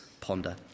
ponder